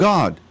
God